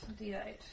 D8